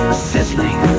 sizzling